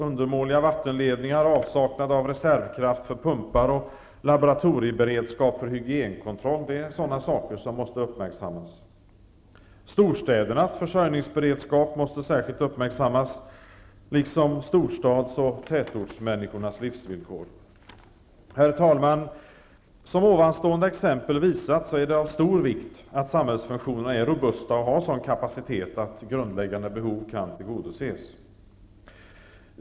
Undermåliga vattenledningar, avsaknaden av reservkraft för pumpar och laboratorieberedskapen för hygienkontroll är saker som måste uppmärksammas. Storstädernas försörjningsberedskap måste särskilt uppmärksammas liksom storstads och tätortsmänniskornas livsvillkor. Herr talman! Som nämnda exempel visar är det av stor vikt att samhällsfunktionerna är robusta och att de har en sådan kapacitet att grundläggande behov kan tillgodoses.